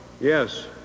Yes